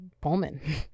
Pullman